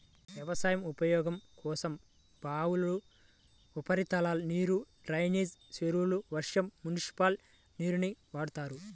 వ్యవసాయ ఉపయోగం కోసం బావులు, ఉపరితల నీరు, డ్రైనేజీ చెరువులు, వర్షం, మునిసిపల్ నీరుని వాడతారు